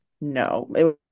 No